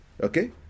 okay